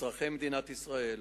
אזרחי מדינת ישראל,